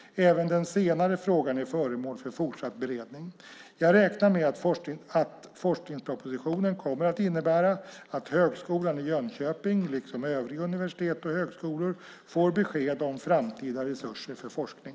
Även den senare frågan är föremål för fortsatt beredning. Jag räknar med att forskningspropositionen kommer att innebära att Högskolan i Jönköping, liksom övriga universitet och högskolor, får besked om framtida resurser för forskning.